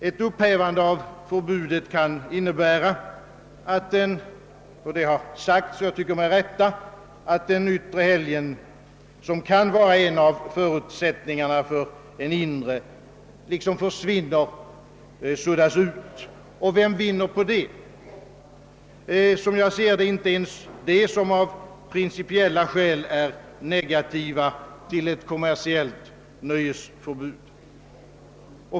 Ett upphävande av förbudet kan innebära, vilket med rätta framhållits, att den yttre helgden, som kan vara en av förutsättningarna för den inre, liksom försvinner eller suddas ut. Vem vinner på det? Enligt min mening inte ens de som av principiella skäl är negativt inställda till ett kommersiellt nöjesförbud.